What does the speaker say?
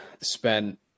spent